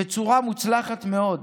בצורה מוצלחת מאוד.